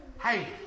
hey